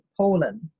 Poland